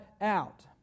out